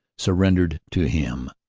surrendered to him.